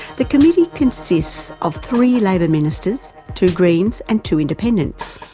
the committee consists of three labor ministers, two greens, and two independents.